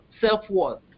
self-worth